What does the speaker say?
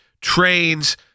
trains